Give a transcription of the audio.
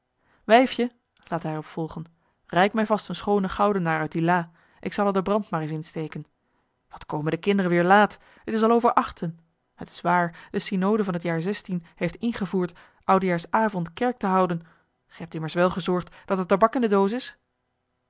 wijfje laat hij er op volgen reik mij vast een schoonen goudenaar uit die lâ ik zal er den brand maar eens insteken wat komen de kinderen weêr laat het is al over achten het is waar de synode van het jaar zestien heeft ingevoerd oudejaars avond kerk te houden ge hebt immers wel gezorgd dat er tabak in de doos is